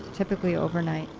typically overnight,